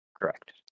Correct